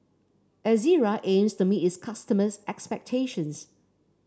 Ezerra aims to meet its customers' expectations